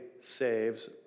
saves